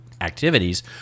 activities